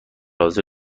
حاضر